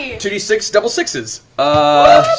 ah two d six, double sixes. ah